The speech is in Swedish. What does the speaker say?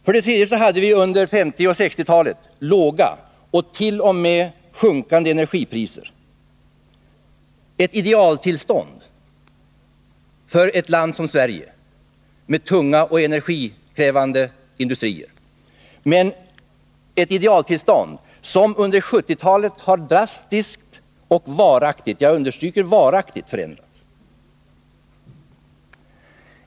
För det tredje hade vi under 1950 och 1960-talen låga och t.o.m. sjunkande energipriser, ett idealtillstånd för ett land som Sverige med tunga energikrävande industrier, men detta tillstånd har under 1970-talet drastiskt och varaktigt — jag understryker varaktigt — förändrats.